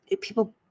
people